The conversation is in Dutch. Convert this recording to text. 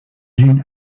zien